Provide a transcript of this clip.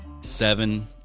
seven